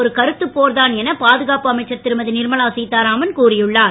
ஒரு கருத்து போர் தான் என பாதுகாப்பு அமைச்சர் திருமதி நிர்மலா சீதாராமன் கூறியுள்ளார்